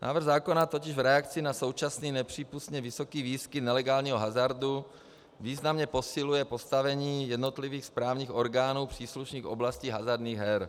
Návrh zákona totiž v reakci na současný nepřípustný vysoký výskyt nelegálního hazardu významně posiluje postavení jednotlivých správních orgánů příslušných oblastí hazardních her.